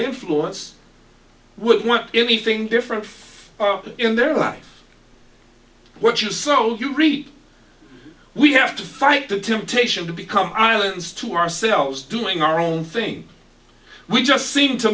influence would want anything different in their life what you sow you reap we have to fight the temptation to become islands to ourselves doing our own thing we just seem to